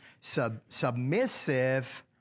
submissive